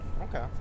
Okay